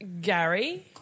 Gary